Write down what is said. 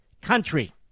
country